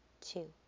two